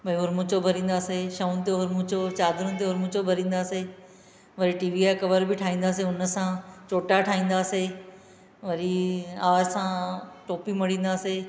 मयूर मोचो भरींदा हुआसीं छऊनि ते उर मोचो चादरुनि ते उर मोचो भरींदा हुआसीं वरी टीवीअ कवर बि ठाईंदा हुआसीं हुन सां जोटा ठाईंदा हुआसीं वरी असां टोपी मणींदा हुआसीं